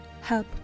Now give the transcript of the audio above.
help